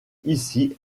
ici